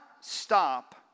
stop